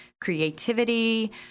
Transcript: creativity